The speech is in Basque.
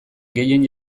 gehien